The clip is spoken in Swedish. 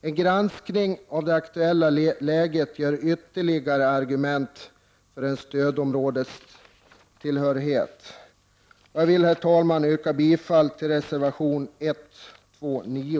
En granskning av det aktuella läget ger ytterligare argument för en stödområdestillhörighet. Herr talman! Jag yrkar bifall till reservation 129.